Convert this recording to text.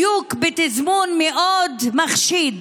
בתזמון מאוד מחשיד,